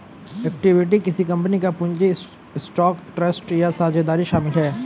equity किसी company का पूंजी स्टॉक ट्रस्ट या साझेदारी शामिल है